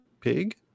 Pig